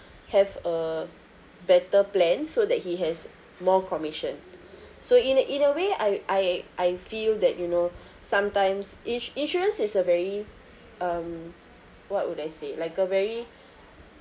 have a better plan so that he has more commission so in a in a way I I I feel that you know sometimes ins~ insurance is a very um what would I say like a very